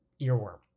earworm